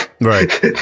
Right